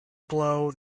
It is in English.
blow